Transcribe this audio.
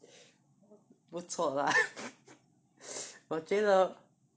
不错 lah 我觉得